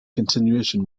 continuation